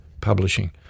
publishing